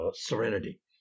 serenity